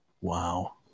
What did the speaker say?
Wow